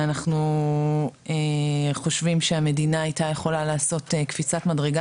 אנחנו חושבים שהמדינה היתה יכולה לעשות קפיצת מדרגה